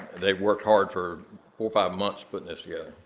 they worked hard for four or five months. but and so yeah